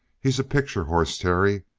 he's a picture horse, terry.